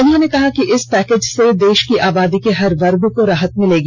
उन्होंने कहा कि इस पैकेज से देश की आबादी के हर वर्ग को राहत मिलेगी